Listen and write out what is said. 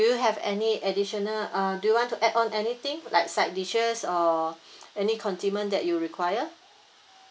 do you have any additional uh do you want to add on anything like side dishes or any condiment that you require